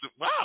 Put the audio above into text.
wow